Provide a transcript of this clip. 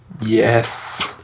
Yes